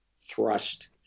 thrust